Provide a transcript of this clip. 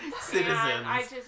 citizens